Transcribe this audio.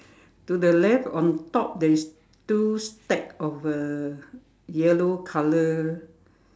to the left on top there is two stack of uh yellow colour